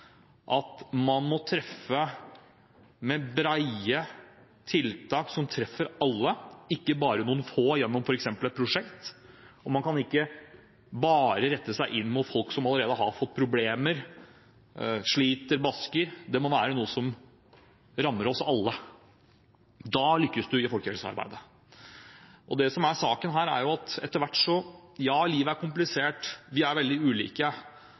at man må ha brede tiltak som treffer alle, ikke bare noen få gjennom f.eks. et prosjekt. Man kan ikke bare rette seg inn mot folk som allerede har fått problemer, som sliter og basker, dette må være noe som treffer oss alle. Da lykkes du i folkehelsearbeidet. Det som er saken her, er at ja, livet er komplisert, og vi er veldig ulike,